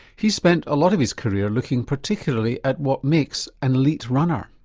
he's spent a lot of his career looking particularly at what makes an elite runner.